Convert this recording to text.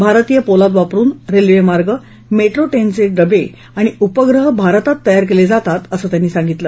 भारतीय पोलाद वापरुन रेल्वे मार्ग मेट्रो ट्रेनचे डवे आणि उपग्रह भारतात तयार केले जातात असं त्यांनी सांगितलं